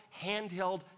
handheld